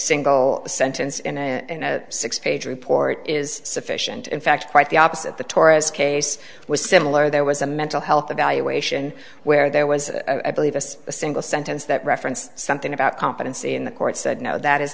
single sentence and a six page report is sufficient in fact quite the opposite the torah's case was similar there was a mental health evaluation where there was a belief as a single sentence that referenced something about competency in the court said no that is